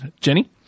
jenny